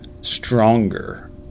stronger